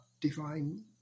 divine